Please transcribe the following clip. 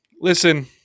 Listen